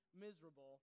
miserable